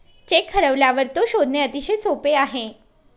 check हरवल्यावर तो शोधणे अतिशय सोपे आहे